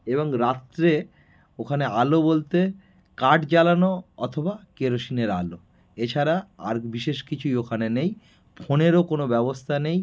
এবং রাত্রে ওখানে আলো বলতে কাঠ জ্বালানো অথবা কেরোসিনের আলো এছাড়া আর বিশেষ কিছুই ওখানে নেই ফোনেরও কোনো ব্যবস্থা নেই